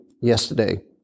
yesterday